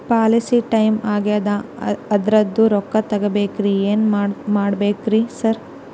Policy time ಆಗ್ಯಾದ ಅದ್ರದು ರೊಕ್ಕ ತಗಬೇಕ್ರಿ ಏನ್ ಮಾಡ್ಬೇಕ್ ರಿ ಸಾರ್?